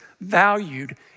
valued